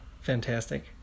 Fantastic